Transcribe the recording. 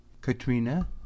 katrina